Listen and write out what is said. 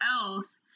else